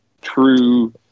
true